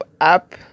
up